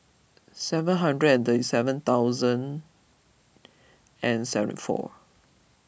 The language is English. seven hundred and thirty seven thousand and seven four